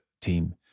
team